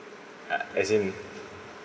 uh as in